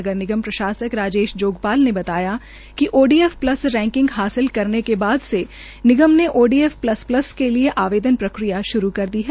नगर निगम प्रशासक रमेश जोगपाल ने बताया कि ओडीएफ प्लस रैकिंग हासिल करने के से निगम ने ओ डी प्लस प्लस के लि आवेदन प्रक्रिया श्रू कर दी है